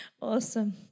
Awesome